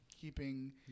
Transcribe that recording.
keeping